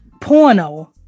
porno